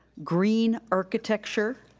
green architecture,